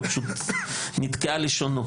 הוא פשוט נתקעה לשונו